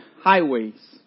highways